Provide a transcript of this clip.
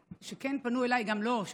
שכן פנו אליי כמה וכמה,